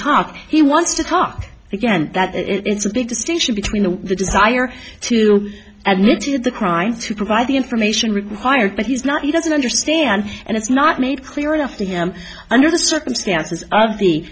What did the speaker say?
talk he wants to talk again that it's a big distinction between the desire to add to the crime to provide the information required but he's not he doesn't understand and it's not made clear enough to him under the circumstances of the